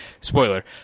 spoiler